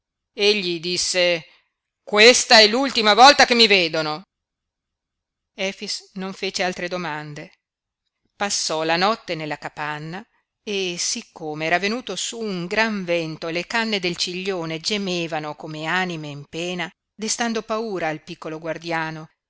egli disse questa e l'ultima volta che mi vedono efix non fece altre domande passò la notte nella capanna e siccome era venuto su un gran vento e le canne del ciglione gemevano come anime in pena destando paura al piccolo guardiano